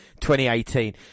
2018